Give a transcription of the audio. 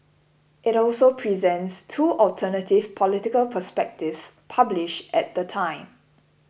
it also presents two alternative political perspectives publish at the time